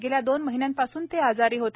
गेल्या दोन महिन्यांपासून ते आजारी होते